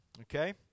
okay